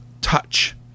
touch